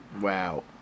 Wow